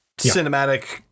cinematic